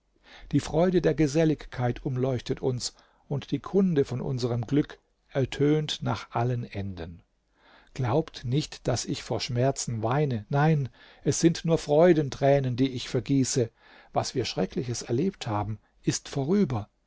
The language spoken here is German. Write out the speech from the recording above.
die freude der geselligkeit umleuchtet uns und die kunde von unserm glück ertönt nach allen enden glaubt nicht daß ich vor schmerzen weine nein es sind nur freudentränen die ich vergieße was wir schreckliches erlebt haben ist vorüber